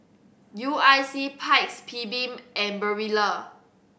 U I C Paik's and Barilla